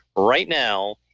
right now,